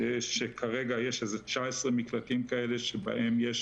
כרגע יש 19 מקלטים כאלה שבהם יש